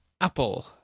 Apple